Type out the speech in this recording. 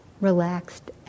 relaxed